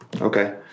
Okay